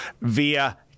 via